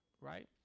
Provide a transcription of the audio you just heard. right